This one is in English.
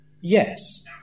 Yes